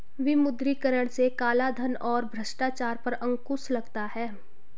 विमुद्रीकरण से कालाधन और भ्रष्टाचार पर अंकुश लगता हैं